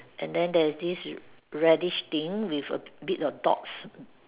and then there is this radish thing with a bit of dogs